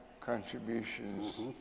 contributions